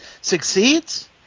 succeeds